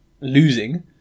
losing